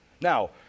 Now